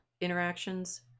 Interactions